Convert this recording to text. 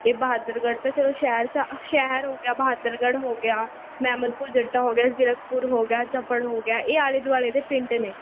ਇਹ ਬਹਾਦਰਗੜ੍ਹ ਤਾਂ ਚਲੋ ਸ਼ਹਿਰ 'ਚ ਸ਼ਹਿਰ ਹੋ ਗਿਆ ਬਹਾਦਰਗੜ੍ਹ ਹੋ ਗਿਆ ਮੈਮਦਪੁਰ ਜੱਟਾਂ ਹੋ ਗਿਆ ਜ਼ੀਰਕਪੁਰ ਹੋ ਗਿਆ ਚਪੜ ਹੋ ਗਿਆ ਇਹ ਆਲੇ ਦੁਆਲੇ ਦੇ ਪਿੰਡ ਨੇ